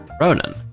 Ronan